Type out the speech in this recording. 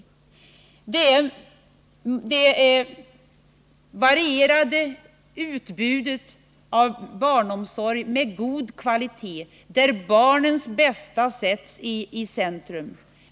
I det varierade utbudet av barnomsorg med god kvalitet sätts barnens bästa i centrum.